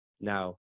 Now